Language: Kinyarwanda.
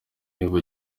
niba